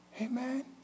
Amen